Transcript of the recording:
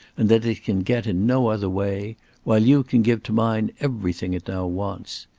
and that it can get in no other way while you can give to mine everything it now wants.